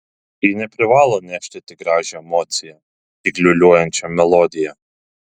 ji neprivalo nešti tik gražią emociją tik liūliuojančią melodiją